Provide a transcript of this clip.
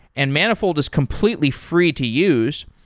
and manifold is completely free to use.